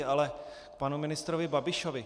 Ale k panu ministrovi Babišovi.